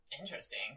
Interesting